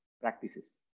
practices